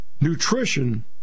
nutrition